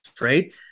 right